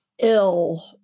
ill